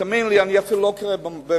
ותאמינו לי, אני אפילו לא קורא מהכתב,